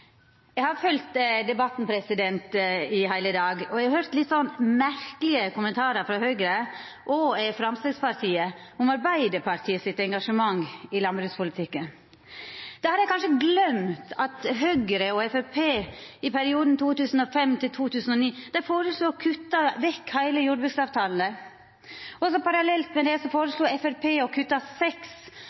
Eg har følgt debatten i heile dag, og eg har høyrt litt merkelege kommentarar frå Høgre og Framstegspartiet om Arbeidarpartiets engasjement i landbrukspolitikken. Da har dei kanskje gløymt at Høgre og Framstegspartiet i perioden 2005–2009 føreslo å kutta vekk heile jordbruksavtalen, og parallelt med det føreslo Framstegspartiet å kutta 6 mrd. kr av 12 mrd. kr som gjekk til jordbruket, og